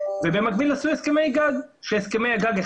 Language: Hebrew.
במקביל נעשו הסכמי גג כאשר הסכמי הגג,